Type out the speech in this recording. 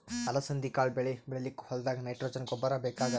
ಅಲಸಂದಿ ಕಾಳ್ ಬೆಳಿ ಬೆಳಿಲಿಕ್ಕ್ ಹೋಲ್ದಾಗ್ ನೈಟ್ರೋಜೆನ್ ಗೊಬ್ಬರ್ ಬೇಕಾಗಲ್